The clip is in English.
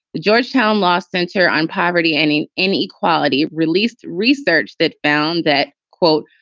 the georgetown law center on poverty, any inequality released research that found that, quote,